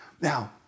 Now